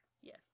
Yes